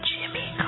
Jimmy